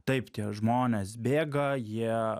taip tie žmonės bėga jie